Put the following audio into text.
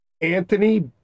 Anthony